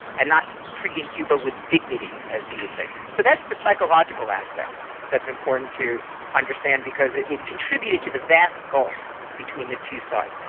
and not treating cuba with dignity, as he would say. so that's the psychological aspect that is um important to understand because it it contributed to the vast gulf between the two sides.